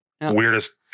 Weirdest